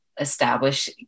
Establish